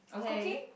cooking